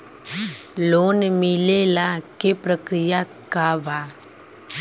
Loan मिलेला के प्रक्रिया का बा?